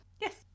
Yes